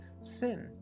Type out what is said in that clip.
sin